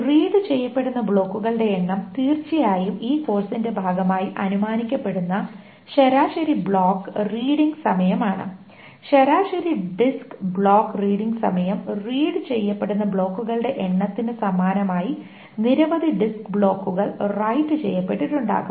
read ചെയ്യപ്പെടുന്ന ബ്ലോക്കുകളുടെ എണ്ണം തീർച്ചയായും ഈ കോഴ്സിന്റെ ഭാഗമായി അനുമാനിക്കപ്പെടുന്ന ശരാശരി ബ്ലോക്ക് റീഡിങ് സമയമാണ് ശരാശരി ഡിസ്ക് ബ്ലോക്ക് റീഡിംഗ് സമയം റീഡ് ചെയ്യപ്പെടുന്ന ബ്ലോക്കുകളുടെ എണ്ണത്തിന് സമാനമായി നിരവധി ഡിസ്ക് ബ്ലോക്കുകൾ റൈറ്റ് ചെയ്യപ്പെട്ടിട്ടുണ്ടാകും